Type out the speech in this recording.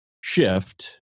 shift